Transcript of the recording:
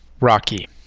Rocky